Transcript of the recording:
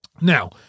Now